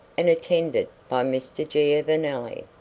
and attended by mr. giovanelli.